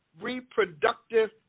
reproductive